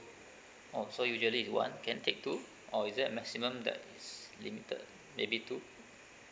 oh so usually is one can take two or is there a maximum that's limited maybe two